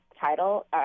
title